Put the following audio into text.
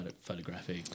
Photographic